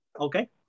Okay